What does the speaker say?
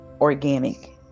organic